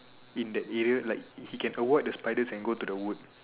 in that area like he can avoid the spiders and go to the woods